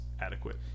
adequate